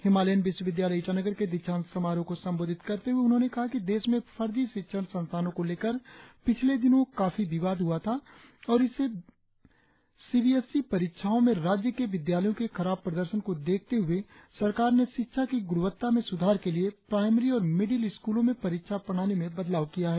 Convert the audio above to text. Himalayan विश्वविद्यालय ईटानगर के दीक्षांत समारोह को संबोधित करते हुए उन्होंने कहा कि देश में फर्जी शिक्षण संस्थानों को लेकर पिछले दिनों काफी विवाद हुआ था और इसे बी एस ई परीक्षाओं में राज्य के विद्यालयों के खराब प्रदर्शन को देखते हुए सरकार ने शिक्षा की गुणवत्ता में सुधार के लिए प्राईमरी और मिडिल स्कूलों में परीक्षा प्रणाली में बदलाव किया है